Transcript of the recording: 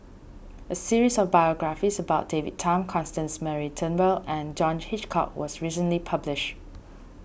a series of biographies about David Tham Constance Mary Turnbull and John Hitchcock was recently published